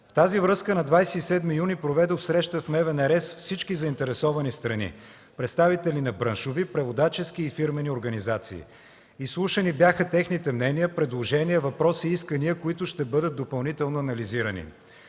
В тази връзка на 27 юни проведох среща в Министерството на външните работи с всички заинтересовани страни – представители на браншови, преводачески и фирмени организации. Изслушани бяха техните мнения, предложения, въпроси или искания, които ще бъдат допълнително анализирани.